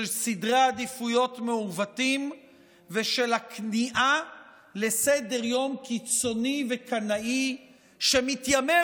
של סדרי עדיפויות מעוותים ושל הכניעה לסדר-יום קיצוני וקנאי שמתיימר